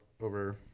over